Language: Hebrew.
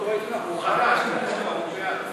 הרווחה והבריאות נתקבלה.